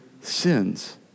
sins